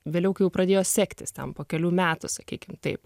vėliau kai jau pradėjo sektis ten po kelių metų sakykim taip